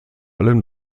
allem